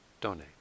donate